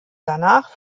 danach